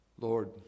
Lord